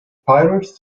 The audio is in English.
pirates